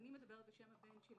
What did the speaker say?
אני מדברת בשם הבן שלי